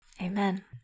Amen